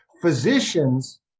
physicians